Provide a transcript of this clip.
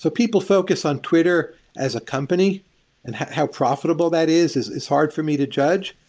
so people focus on twitter as a company, and how profitable that is, is is hard for me to judge.